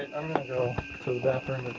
go to the bathroom,